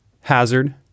Hazard